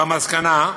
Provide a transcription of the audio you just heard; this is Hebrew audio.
והמסקנה: